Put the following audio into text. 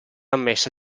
ammessa